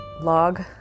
log